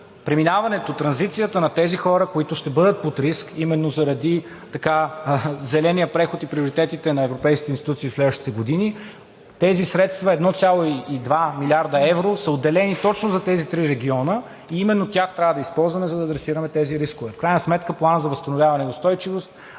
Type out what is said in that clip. преминаването, транзицията на тези хора, които ще бъдат под риск, именно заради зеления преход и приоритетите на европейските институции през следващите години – тези средства 1,2 млрд. лв. са отделени точно за тези три региона и именно тях трябва да използваме за да адресиране тези рискове. В крайна сметка Планът за възстановяване и устойчивост